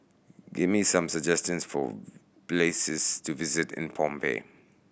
give me some suggestions for places to visit in Phnom Penh